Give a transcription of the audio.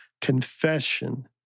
confession